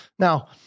Now